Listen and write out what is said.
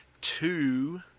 two